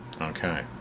Okay